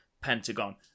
Pentagon